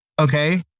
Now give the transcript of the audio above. okay